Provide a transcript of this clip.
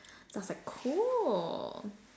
then I was like cool